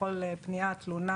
בכל תלונה,